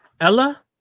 Ella